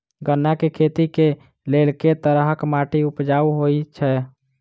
गन्ना केँ खेती केँ लेल केँ तरहक माटि उपजाउ होइ छै?